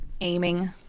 Aiming